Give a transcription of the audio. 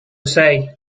say